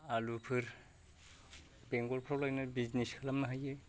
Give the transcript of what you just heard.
आलुफोर बेंगलफ्राव लायना बिजनेस खालामनो हायो